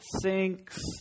sinks